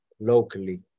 locally